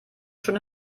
schon